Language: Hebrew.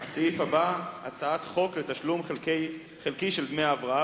הבא: הצעת חוק לתשלום חלקי של דמי הבראה